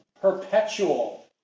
Perpetual